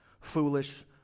foolish